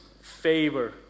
favor